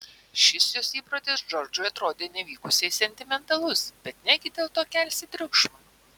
šis jos įprotis džordžui atrodė nevykusiai sentimentalus bet negi dėl to kelsi triukšmą